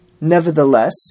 Nevertheless